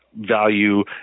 value